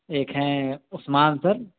ایک ہیں عثمان سر